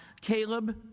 Caleb